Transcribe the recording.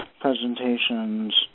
presentations